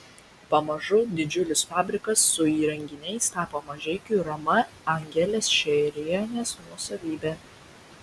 pamažu didžiulis fabrikas su įrenginiais tapo mažeikių rama angelės šeirienės nuosavybe